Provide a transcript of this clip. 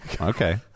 okay